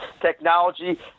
technology